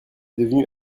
devenu